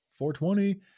420